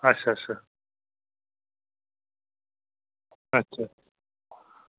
अच्छा अच्छा